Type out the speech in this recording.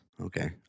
Okay